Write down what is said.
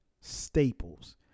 staples